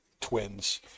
twins